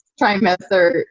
trimester